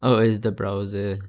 oh is the browser